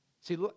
See